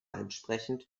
entsprechend